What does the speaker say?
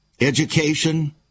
education